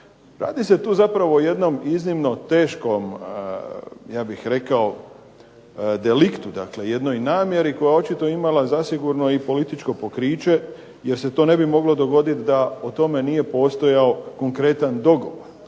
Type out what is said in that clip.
Radi se tu zapravo o jednom iznimno teškom ja bih rekao deliktu, dakle jednoj namjeri koja je očito imala zasigurno i političko pokriće jer se to ne bi moglo dogoditi da o tome nije postojao konkretan dogovor.